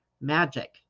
Magic